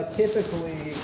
typically